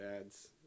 ads